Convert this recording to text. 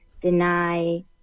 deny